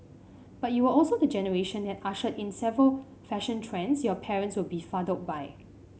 but you were also the generation that ushered in several fashion trends your parents were befuddled by